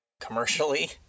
commercially